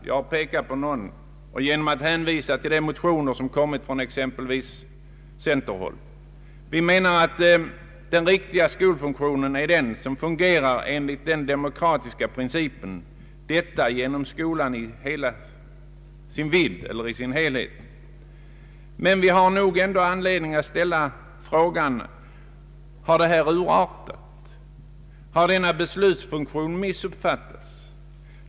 Jag har pekat på några genom att hänvisa till de motioner som kommit från exempelvis centerhåll. Vi an ser att den riktiga skolfunktionen är den som fungerar enligt den demokratiska principen, och detta gäller skolan i dess helhet. Men vi har nog anledning att ställa frågan: Har detta urartat? Har denna beslutsfunktion missuppfattats?